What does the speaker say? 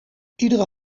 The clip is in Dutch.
iedere